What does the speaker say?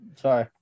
Sorry